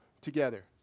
together